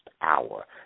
hour